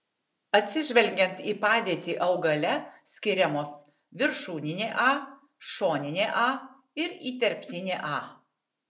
atsižvelgiant į padėtį augale skiriamos viršūninė a šoninė a ir įterptinė a